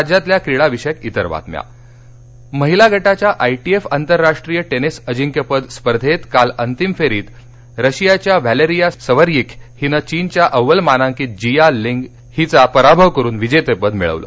राज्यातल्या क्रीडाविषयक इतर बातम्याः महिला गटाच्या आयटीएफ आंतरराष्ट्रीय टेनिस अजिंक्यपद स्पर्धेत काल अंतिम फेरीत रशियाच्या व्हॅलेरिया सवयिंख हिनं चीनच्या अव्वल मानांकित जिया जिंग लू हिचा पराभव करून विजेतेपद मिळवलं